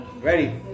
Ready